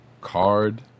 card